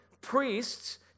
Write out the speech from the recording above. priests